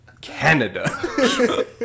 Canada